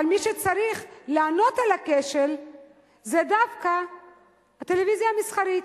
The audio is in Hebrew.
אבל מי שצריך לענות על הכשל זו דווקא הטלוויזיה המסחרית.